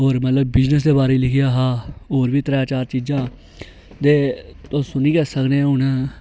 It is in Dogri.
और मतलब बिजनस दे बारे च लिखेआ हा होऱ बी त्रै चार चीजां दे ओह् सुनी गै सकने हा हून